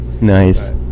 Nice